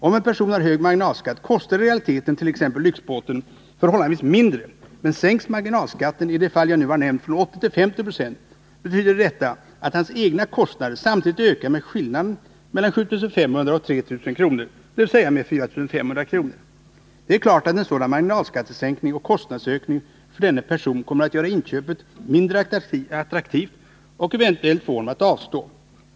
Om en person har hög marginalskatt kostar i realiteten t.ex. lyxbåten förhållandevis mindre, men sänks marginalskatten, i det fall jag nu har nämnt, från 80 till 50 90, betyder detta att hans egna kostnader samtidigt ökar med skillnaden mellan 7 500 och 3 000 kr., dvs. med 4 500 kr. Det är klart att en sådan marginalskattesänkning och kostnadsökning för denna person kommer att göra inköpet mindre attraktivt och eventuellt få honom att avstå.